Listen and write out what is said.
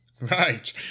Right